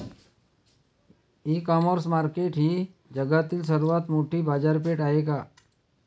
इ commerce market ही जगातील सर्वात मोठी बाजारपेठ आहे का?